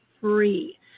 free